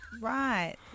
Right